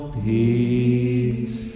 peace